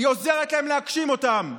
היא עוזרת להם להגשים אותם.